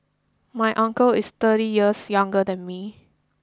my uncle is thirty years younger than me